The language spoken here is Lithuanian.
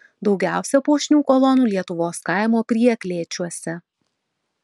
daugiausia puošnių kolonų lietuvos kaimo prieklėčiuose